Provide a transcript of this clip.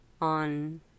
on